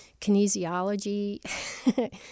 kinesiology